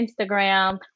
Instagram